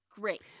great